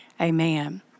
Amen